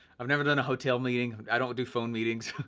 i've never done a hotel meeting, i don't do phone meetings,